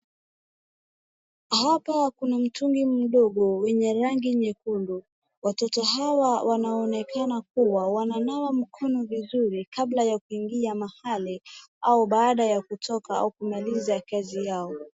Hapa kuna mtungi mdogo wenye rangi nyekundu. Watoto hawa wanaonekana kuwa wananawa mkono vizuri kabla kuingia mahali au baada ya kutoka au kumaliza kazi yao.